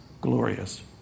glorious